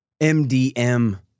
MDM